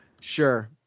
Sure